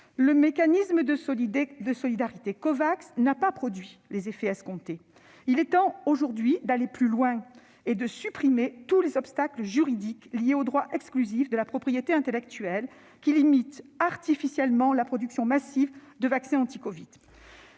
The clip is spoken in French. Le mécanisme de solidarité Covax n'a pas produit les effets escomptés. Il est temps d'aller plus loin et de supprimer tous les obstacles juridiques liés aux droits exclusifs de la propriété intellectuelle, qui limite artificiellement la production massive de vaccins anti-covid.